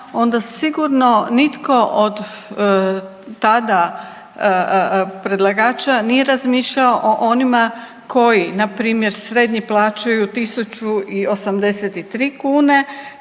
onda sigurno nitko od tada predlagača nije razmišljao o onima koji npr. srednji plaćaju 1.083 kune